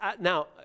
Now